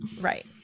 Right